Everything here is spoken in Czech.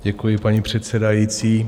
Děkuji, paní předsedající.